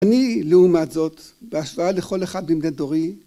אני לעומת זאת בהשוואה לכל אחד מבני דורי